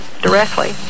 directly